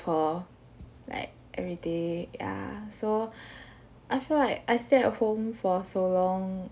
her like everyday ya so I feel like I stay at home for so long